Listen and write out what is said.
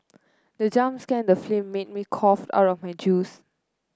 the jump scan the film made me cough out my juice